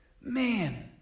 man